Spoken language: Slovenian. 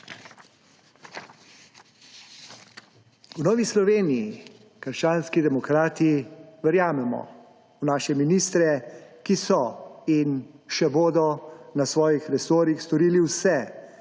V Novi Sloveniji – krščanski demokrati verjamemo v naše ministre, ki so in še bodo na svojih resorjih storili vse,